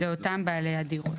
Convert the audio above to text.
לאותם בעלי דירות,